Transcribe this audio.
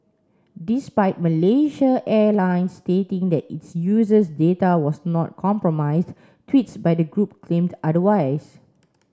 despite Malaysia Airlines stating that its users data was not compromised tweets by the group claimed otherwise